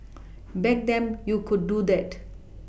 back then you could do that